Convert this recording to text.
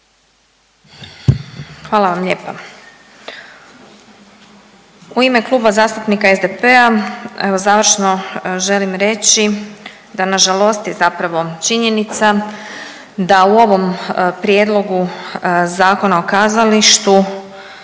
Hvala vam lijepa. U ime Kluba zastupnika SDP-a evo završno želim reći da nas žalosti zapravo činjenica da u ovom prijedlogu Zakona o kazalištu